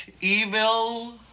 evil